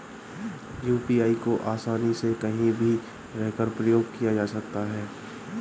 UPI को आसानी से कहीं भी रहकर प्रयोग किया जा सकता है